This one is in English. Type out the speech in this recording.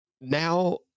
now